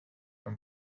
her